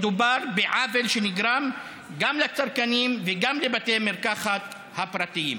מדובר בעוול שנגרם גם לצרכנים וגם לבתי מרקחת הפרטיים.